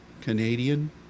Canadian